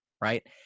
right